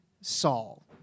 Saul